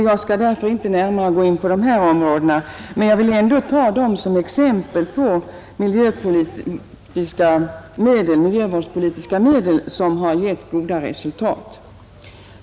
Jag skall därför inte gå närmare in på dessa områden, men jag vill ändå ta dem som exempel på miljövårdspolitiska medel som har givit gott resultat.